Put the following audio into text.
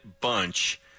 bunch